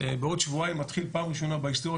בעוד שבועיים מתחיל בפעם הראשונה בהסטוריה